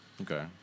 Okay